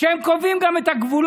הם קובעים גם את הגבולות,